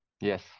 Yes